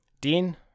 Dean